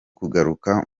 kugaruka